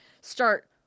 start